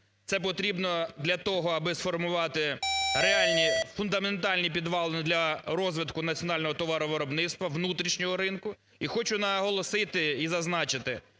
Це потрібно для того, аби сформувати реальні, фундаментальні підвалини для розвитку національного товаровиробництва, внутрішнього ринку. І хочу наголосити і зазначити,